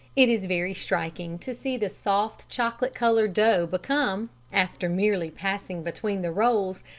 it is very striking to see the soft chocolate-coloured dough become, after merely passing between the rolls,